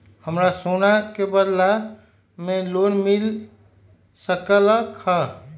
हमरा सोना के बदला में लोन मिल सकलक ह?